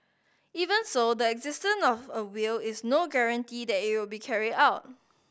even so the existence of a will is no guarantee that it will be carried out